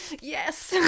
yes